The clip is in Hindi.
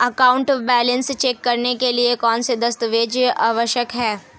अकाउंट बैलेंस चेक करने के लिए कौनसे दस्तावेज़ आवश्यक हैं?